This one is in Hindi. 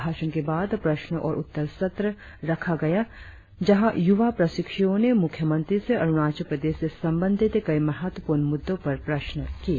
भाषण के बाद प्रश्न और उत्तर सत्र रखा गया था जहां युवा प्रशिक्षुओं ने मुख्यमंत्री से अरुणाचल प्रदेश से संबंधित कई महत्वपूर्ण मुद्दों पर प्रश्न किए